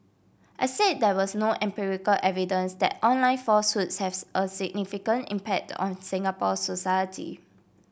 I said there was no empirical evidence that online falsehoods have a significant impact on Singapore society